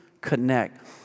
connect